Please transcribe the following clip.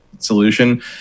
solution